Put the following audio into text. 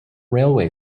railway